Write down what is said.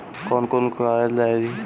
कौन कौन कागज लागी?